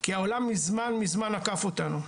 כי העולם ממזמן ממזמן עקף אותנו.